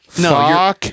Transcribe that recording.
No